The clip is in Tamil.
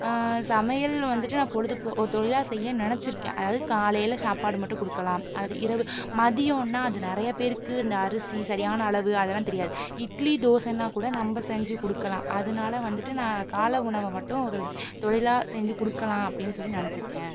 சமையல் வந்துட்டு நான் பொழுது போ ஒரு தொழிலாக செய்ய நினச்சிருக்கேன் அதாவது காலையில் சாப்பாடு மட்டும் கொடுக்கலாம் அது இரவு மதியம்னால் அது நிறைய பேருக்கு இந்த அரிசி சரியான அளவு அதெலாம் தெரியாது இட்லி தோசைன்னா கூட நம்ம செஞ்சு கொடுக்கலாம் அதனால வந்துட்டு நான் காலை உணவை மட்டும் ஒரு தொழிலாக செஞ்சு கொடுக்கலாம் அப்படின்னு சொல்லி நினச்சிருக்கேன்